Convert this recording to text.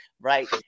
right